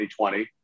2020